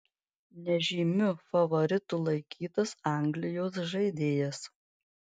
nežymiu favoritu laikytas anglijos žaidėjas